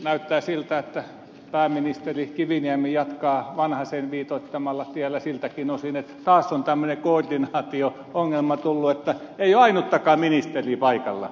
näyttää siltä että pääministeri kiviniemi jatkaa vanhasen viitoittamalla tiellä siltäkin osin että taas on tämmöinen koordinaatio ongelma tullut että ei ole ainuttakaan ministeriä paikalla